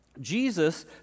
Jesus